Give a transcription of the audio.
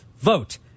vote